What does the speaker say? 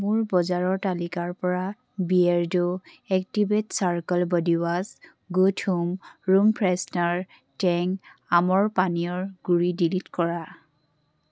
মোৰ বজাৰৰ তালিকাৰ পৰা Beardo activated charcoal body wash good home room freshener আৰু টেং আমৰ পানীয়ৰ গুড়ি ডিলিট কৰা